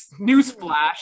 newsflash